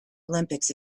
olympics